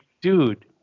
dude